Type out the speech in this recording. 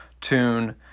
tune